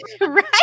Right